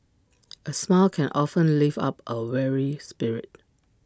A smile can often lift up A weary spirit